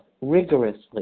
rigorously